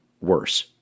worse